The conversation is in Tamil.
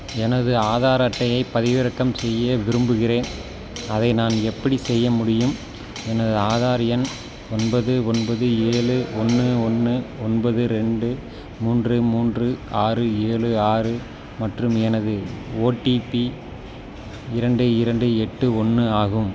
எனது ஆதார் அட்டையை பதிவிறக்கம் செய்ய விரும்புகிறேன் அதை நான் எப்படிச் செய்ய முடியும் எனது ஆதார் எண் ஒன்பது ஒன்பது ஏழு ஒன்று ஒன்று ஒன்பது ரெண்டு மூன்று மூன்று ஆறு ஏழு ஆறு மற்றும் எனது ஓடிபி இரண்டு இரண்டு எட்டு ஒன்று ஆகும்